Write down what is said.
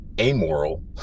amoral